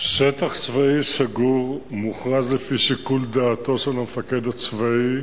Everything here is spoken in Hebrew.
"שטח צבאי סגור" מוכרז לפי שיקול דעתו של המפקד הצבאי,